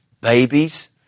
babies